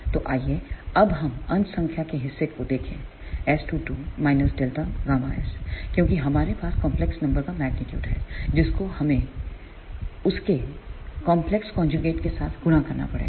तो आइए अब हम अंश संख्या के हिस्से को देखें S22 Δ Γs क्योंकि हमारे पास कंपलेक्स नंबर का मेग्नीट्यूड है जिसको हमें उसके कॉम्प्लेक्स कन्ज्यूगेट के साथ करना पड़ेगा